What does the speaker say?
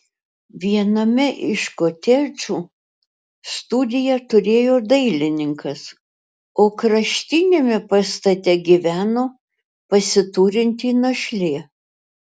viename iš kotedžų studiją turėjo dailininkas o kraštiniame pastate gyveno pasiturinti našlė